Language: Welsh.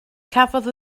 cafodd